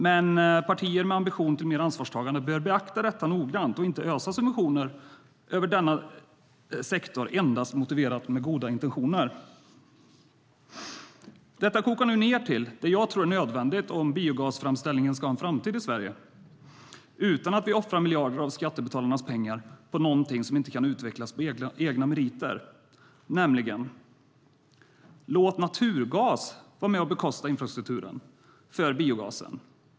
Men partier med ambitioner om mer ansvarstagande bör noga beakta detta och inte ösa subventioner över denna sektor motiverat endast med goda intentioner. Detta kokar nu ned till det jag tror är nödvändigt om biogasframställningen ska ha en framtid i Sverige, utan att vi offrar miljarder av skattebetalarnas pengar på någonting som inte kan utvecklas på egna meriter, nämligen: Låt naturgas vara med och bekosta infrastrukturen för biogasen.